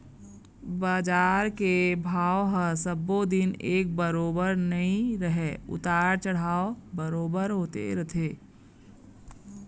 बजार के भाव ह सब्बो दिन एक बरोबर नइ रहय उतार चढ़ाव बरोबर होते रहिथे